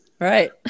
Right